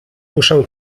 muszę